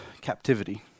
captivity